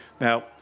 Now